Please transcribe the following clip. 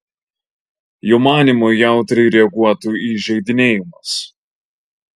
jo manymu jautriai reaguotų į įžeidinėjimus